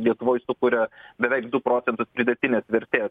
lietuvoj sukuria beveik du procentus pridėtinės vertės